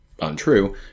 untrue